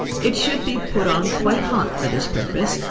it should be put on quite hot for this purpose,